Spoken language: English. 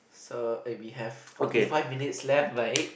so and we have forty five minutes left right